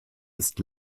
ist